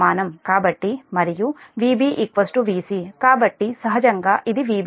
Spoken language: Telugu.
కాబట్టి మరియు Vb Vc కాబట్టి సహజంగా ఇది Vb కి సమానం